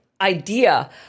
idea